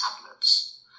tablets